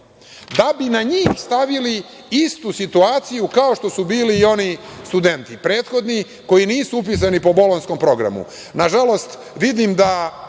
da bi na njih stavili istu situaciju kao što su bili i oni studenti prethodni koji nisu upisani po bolonjskom programu. Nažalost,